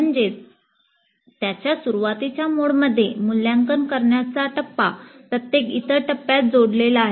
म्हणजेच त्याच्या सुरुवातीच्या मोडमध्ये मूल्यांकन करण्याचा टप्पा प्रत्येक इतर टप्प्यात जोडलेला आहे